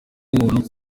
umuntu